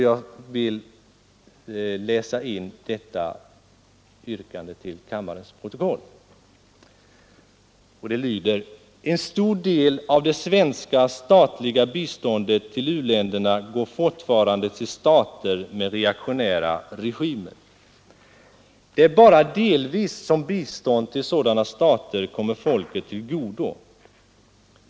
Jag vill läsa in detta yrkande till kammarens protokoll. Det lyder: En stor del av det svenska statliga biståndet till u-länderna går fortfarande till stater med reaktionära regimer. Det är bara delvis som bistånd till sådana stater kommer folket till godo.